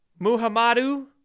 Muhammadu